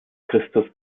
christus